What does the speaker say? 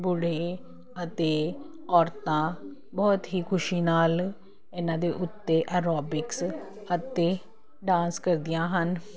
ਬੁੜੇ ਅਤੇ ਔਰਤਾਂ ਬਹੁਤ ਹੀ ਖੁਸ਼ੀ ਨਾਲ ਇਹਨਾਂ ਦੇ ਉੱਤੇ ਅਰੋਬਿਕਸ ਅਤੇ ਡਾਂਸ ਕਰਦੀਆਂ ਹਨ